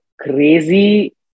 crazy